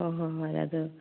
ꯍꯣꯏ ꯍꯣꯏ ꯍꯣꯏ ꯑꯗꯨ